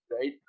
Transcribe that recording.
right